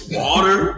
water